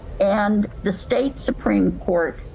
and the state supreme court.